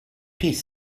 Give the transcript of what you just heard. piece